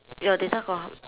your data got how